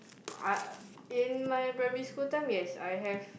I in my primary school time yes I have